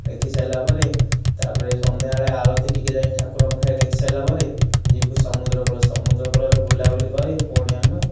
ଦେଖିସାରିଲା ପରେ ତା'ପରେ ସନ୍ଧ୍ୟାବେଳେ ଆଳତି ଟିକିଏ ଯାଇ ଠାକୁରଙ୍କ ପାଖରେ ଦେଖି ସାରିଲାପରେ ଯିବୁ ସମୁଦ୍ର କୂଳ ସମୁଦ୍ର କୂଳରେ ବୁଲାବୁଲି କରି ପୁଣି ଆମେ